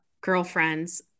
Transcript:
girlfriends